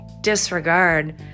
disregard